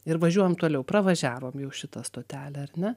ir važiuojam toliau pravažiavom jau šitą stotelę ar ne